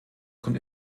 kommt